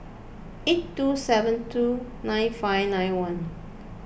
eight two seven two nine five nine one